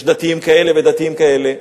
יש דתיים כאלה ודתיים כאלה,